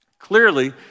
Clearly